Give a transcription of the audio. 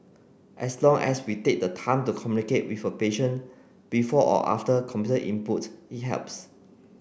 as long as we take the time to communicate with a patient before or after computer input it helps